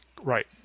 Right